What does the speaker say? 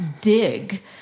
dig